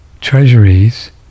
treasuries